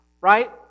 Right